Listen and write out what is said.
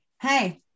Hey